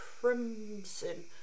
crimson